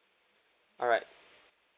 alright